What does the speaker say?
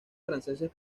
franceses